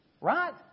Right